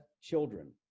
children